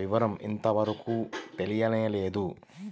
వివరం ఇంతవరకు తెలియనేలేదు